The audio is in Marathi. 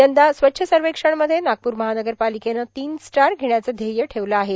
यंदा स्वच्छ सर्वेक्षणमध्ये नागप्र महानगरपालिकेने तीन स्टार घेण्याचे ध्येय आहे